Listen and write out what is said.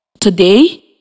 Today